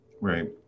Right